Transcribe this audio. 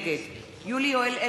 נגד יולי יואל אדלשטיין,